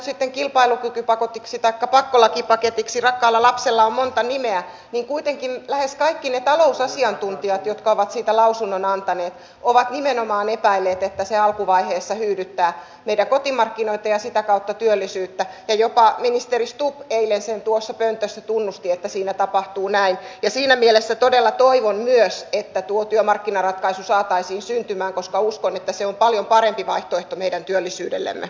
kiitos ministereille puheenvuoroista mutta kyllä tosiasia on monta nimeä niin kuitenkin lähes kaikki talousasiantuntijat jatkavat siitä lausunnon antaneet ovat nimenomaan epäilleet että se alkuvaiheessa hyydyttää meidän kotimarkkinoita ja sitä kautta työllisyyttä ja jopa ministeri stubb eilen sen tuo se että se tunnusti että siinä tapahtuu näin siinä mielessä todella toivon myös että tämä budjetti jos mikä heikentää köyhien paljon sairastavien pienituloisten ihmisten asemaa